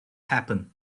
happen